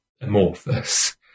amorphous